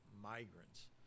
migrants